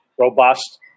robust